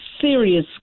serious